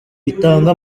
itanga